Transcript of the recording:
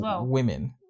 women